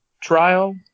trial